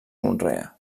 conrea